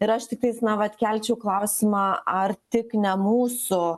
ir aš tiktais na vat kelčiau klausimą ar tik ne mūsų